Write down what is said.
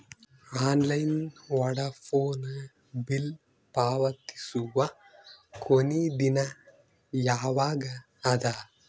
Online Vodafone bill ಪಾವತಿಸುವ ಕೊನಿ ದಿನ ಯವಾಗ ಅದ?